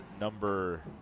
number